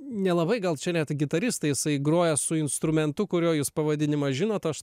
nelabai gal čia net gitaristai jisai groja su instrumentu kurio jūs pavadinimą žinot aš